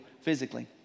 physically